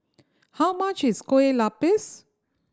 how much is Kueh Lapis